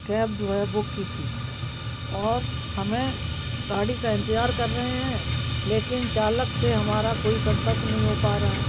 cab जो है book की थी और हम गाड़ी का इंतेज़ार कर रहे हैं लेकिन चालक से हमारा कोई संपर्क नही हो पा रहा है